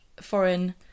foreign